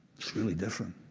it's really different.